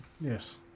Yes